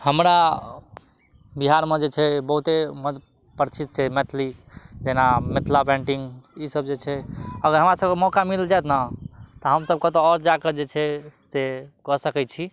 हमरा बिहारमे जे छै बहुते प्रसिद्ध छै मैथिली जेना मिथिला पेन्टिंग ई सब जे छै अगर हमरा सबके मौका मिल जाएत ने तऽ हमसब कतौ आओर जाकऽ जे छै से कऽ सकैत छी